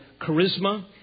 charisma